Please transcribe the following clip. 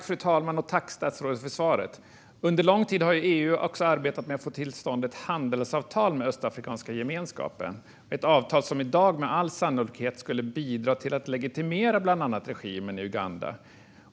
Fru talman! Tack, statsrådet, för svaret! Under lång tid har EU arbetat med att få till stånd ett handelsavtal med Östafrikanska gemenskapen, ett avtal som i dag med all sannolikhet skulle bidra till att legitimera bland annat regimen i Uganda.